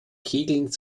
kegeln